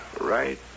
right